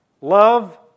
Love